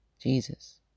Jesus